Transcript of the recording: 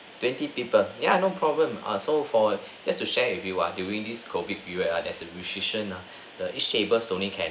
twenty people ya no problem ah so for just to share with you uh during this COVID period uh there's a restriction uh the each tables only can